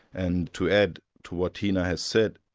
and to add to what hina has said,